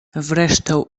zresztą